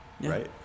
Right